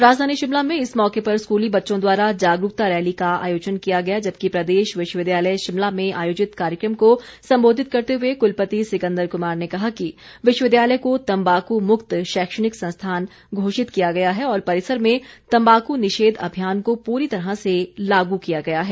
राजधानी शिमला में इस मौके पर स्कूली बच्चों द्वारा जागरूकता रैली का आयोजन किया गया जबकि प्रदेश विश्वविद्यालय शिमला में आयोजित कार्यक्रम को संबोधित करते हुए कुलपति सिकंदर कुमार ने कहा कि विश्वविद्यालय को तंबाकू मुक्त शैक्षणिक संस्थान घोषित किया गया है और परिसर में तम्बाकू निषेध अभियान को पूरी तरह से लागू किया गया है